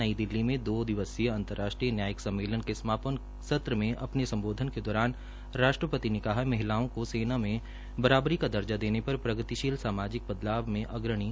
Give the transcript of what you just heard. नई दिल्ली में दो दिवसीय अंतर्राष्ट्रीय न्यायिक सम्मेलन के समापन सत्र में अपने सम्बोधन के दौरान राष्ट्रपति ने कहा कि उच्चतम नयायालय ने महिलाओं को सेना में बराबरी का दर्जा देने पर प्रगतिशील सामाजिक बदलाव में अग्रणी भूमिका निभाई है